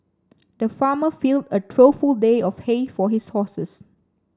the farmer filled a trough full of hay for his horses